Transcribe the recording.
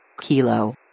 Kilo